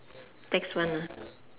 tax one ah